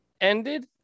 ended